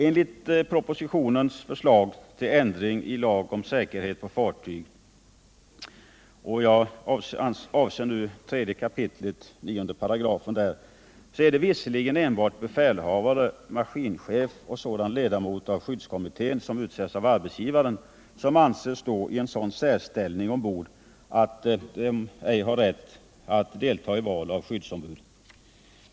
Enligt propositionens förslag till ändring i lag om säkerhet på fartyg — jag avser nu 3 kap. 9 §— är det visserligen enbart befälhavare, maskinchef och sådan ledamot av skyddskommittén som utsetts av arbetsgivaren som anses stå i en sådan särställning ombord att de ej har rätt att delta i val av skyddsombud.